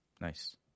nice